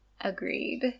Agreed